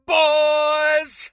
boys